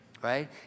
Right